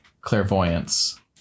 clairvoyance